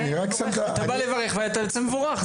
אני רק שם את --- אתה בא לברך ואתה יוצא מבורך.